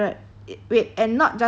but then if it's like hundred